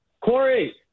Corey